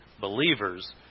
believers